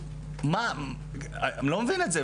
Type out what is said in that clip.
אני לא מבין את זה.